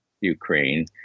Ukraine